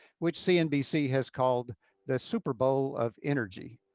which cnbc has called the super bowl of energy.